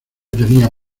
tenía